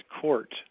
court